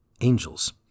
Angels